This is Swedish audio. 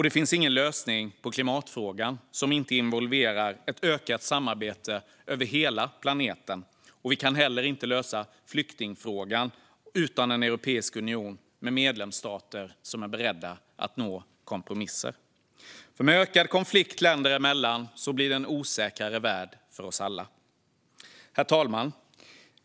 Det finns ingen lösning på klimatfrågan som inte involverar ökat samarbete över hela planeten. Vi kan heller inte lösa flyktingfrågan utan en europeisk union med medlemsstater som är beredda att nå kompromisser. Med ökad konflikt länder emellan blir det en osäkrare värld för oss alla. Herr talman!